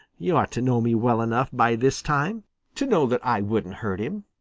you ought to know me well enough by this time to know that i wouldn't hurt him.